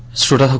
soda